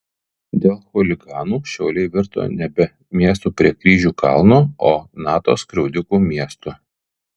dėl chuliganų šiauliai virto nebe miestu prie kryžių kalno o nato skriaudikų miestu